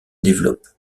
développe